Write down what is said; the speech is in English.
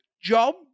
job